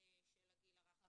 של הגיל הרך.